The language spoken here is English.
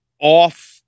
off